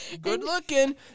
Good-looking